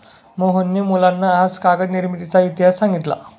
मोहनने मुलांना आज कागद निर्मितीचा इतिहास सांगितला